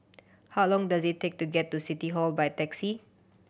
how long does it take to get to City Hall by taxi